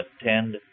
attend